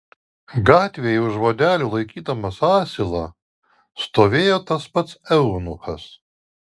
gatvėje už vadelių laikydamas asilą stovėjo tas pats eunuchas